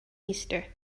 easter